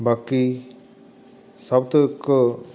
ਬਾਕੀ ਸਭ ਤੋਂ ਇੱਕ